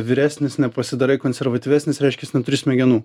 vyresnis nepasidarai konservatyvesnis reiškias neturi smegenų